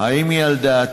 2. האם היא על דעתו?